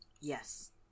Yes